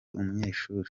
umunyeshuri